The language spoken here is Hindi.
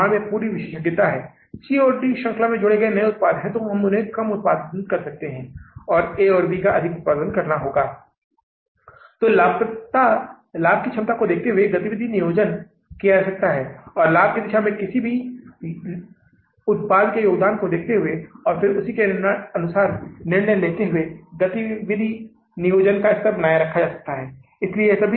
यह साधारण प्रारूप है टी प्रारूप जिसे आप देख रहे होंगे हालांकि सामान्य रूप से हम इन दिनों ऊर्ध्वाधर प्रारूप में तैयार करते हैं लेकिन मैं टी प्रारूप में तैयारी कर रहा हूं क्योंकि यह हमें चीजों को बेहतर तरीके से समझने में मदद करेगा